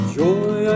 joy